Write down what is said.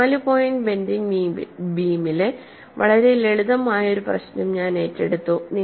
ഒരു നാല് point bending ബീമിലെ വളരെ ലളിതമായ ഒരു പ്രശ്നം ഞാൻ ഏറ്റെടുത്തു